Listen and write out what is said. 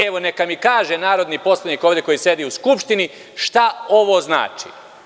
Evo neka mi kaže narodni poslanik ovde, koji sedi u Narodnoj skupštini, šta ovo znači?